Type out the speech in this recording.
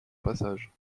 passage